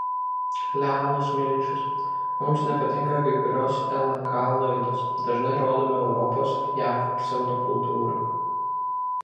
leonas milčius mums nepatinka kai kurios lnk laidos dažnai rodoma europos jav pseudokultūra